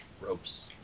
ropes